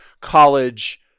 college